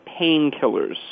painkillers